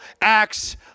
acts